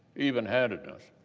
evenhandedness,